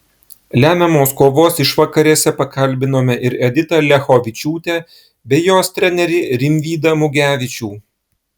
lemiamos kovos išvakarėse pakalbinome ir editą liachovičiūtę bei jos trenerį rimvydą mugevičių